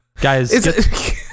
guys